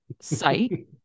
site